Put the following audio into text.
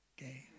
Okay